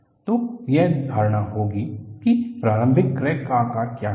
तो यह धारणा होगी कि प्रारंभिक क्रैक का आकार क्या है